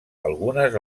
algunes